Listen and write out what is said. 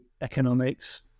Economics